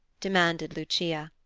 demanded lucia.